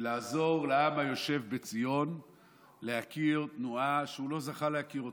ולעזור לעם היושב בציון להכיר תנועה שהוא לא זכה להכיר אותה,